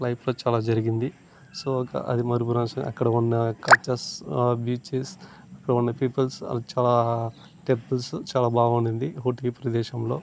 లైఫ్లో చాలా జరిగింది సో ఒక అది మరుపురాని అక్కడ ఉన్న కల్చర్స్ బీచెస్ అక్కడ ఉన్న పీపుల్స్ వాళ్ళు చాలా టెంపుల్సు చాలా బాగుండింది ఊటీ ప్రదేశంలో